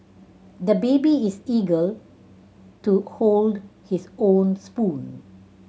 the baby is eager to hold his own spoon